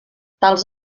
tals